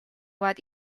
what